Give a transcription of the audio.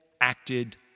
acted